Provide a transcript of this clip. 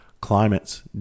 climates